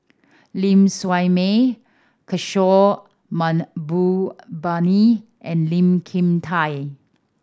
Ling Siew May Kishore Mahbubani and Lee Kin Tat